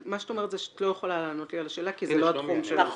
מה שאת אומרת זה שאת לא יכולה לענות לי על השאלה כי זה לא התחום שלך.